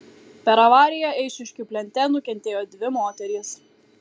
per avariją eišiškių plente nukentėjo dvi moterys